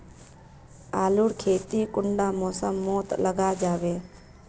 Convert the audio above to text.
आलूर खेती कुंडा मौसम मोत लगा जाबे?